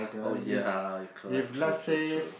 oh ya correct true true true